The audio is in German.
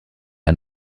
ein